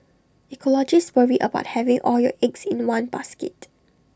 ecologists worry about having all your eggs in one basket